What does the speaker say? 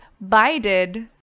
bided